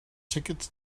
tickets